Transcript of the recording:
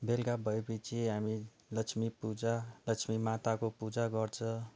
बेलुका भए पछि हामी लक्ष्मीपूजा लक्ष्मी माताको पूजा गर्छ